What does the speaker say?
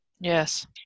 Yes